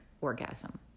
orgasm